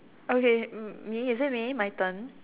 okay m~ me is it me my turn